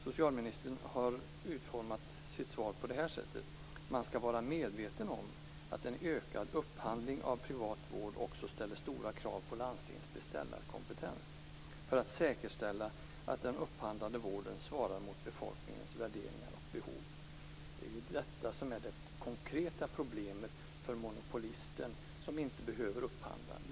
Socialministern utformade sitt svar så här: "Men man skall vara medveten om att en ökad upphandling av privat vård också ställer stora krav på landstingens beställarkompetens, för att säkerställa att den upphandlade vården svarar mot befolkningens värderingar och behov." Det är detta som är det konkreta problemet för monopolisten som inte behöver upphandla.